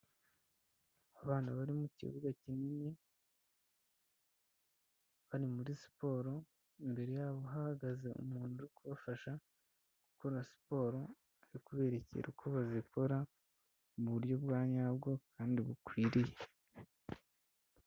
Abana bari mu kibuga kinini bari muri siporo imbere yabo hahagaze umuntu kubafasha gukora siporo uri kuberekera uko bazikora muburyo bwa nyabwo kandi bukwiriye.